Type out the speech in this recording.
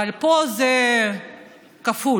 פה זה כפול.